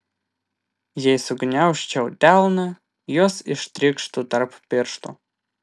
jei sugniaužčiau delną jos ištrykštų tarp pirštų